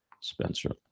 Spencer